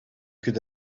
could